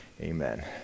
amen